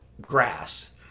grass